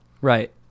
Right